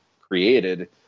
created